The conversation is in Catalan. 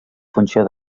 funció